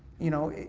you know,